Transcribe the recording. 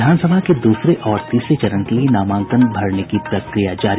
विधानसभा के दूसरे और तीसरे चरण के लिये नामांकन भरने की प्रक्रिया जारी